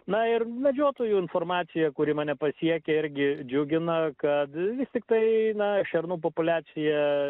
na ir medžiotojų informacija kuri mane pasiekė irgi džiugina kad vis tiktai na šernų populiacija